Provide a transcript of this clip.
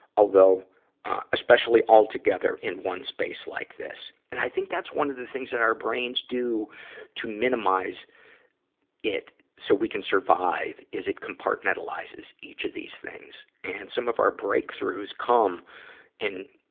although especially all together in one space like this. and i think that's one of the things our brains do to minimize it, so we can survive, is it compartmentalizes each of these things. and some of our breakthroughs come in,